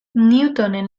newtonen